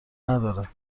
نداره